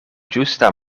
ĝusta